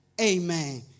Amen